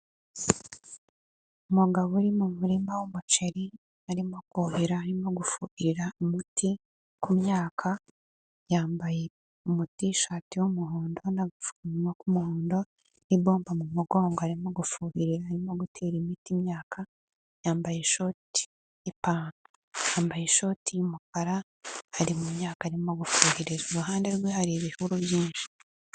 Umugabo uri mu murima w'umuceri arimo kuhira arimo gufura umuti ku myaka yambaye umutishati w'umuhondo n'agapfukamunwa k'umuhondo n'ibombe mu mugongo arimo gufubirira arimo gutera imiti imyaka yambaye ishati y'umukara ari mumyaka arimo gufuhirira iruhande rwe hari ibihuru byinshi.